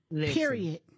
Period